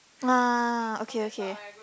ah okay okay